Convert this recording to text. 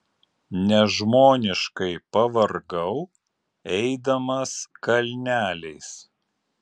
nežmoniškai pavargau eidamas kalneliais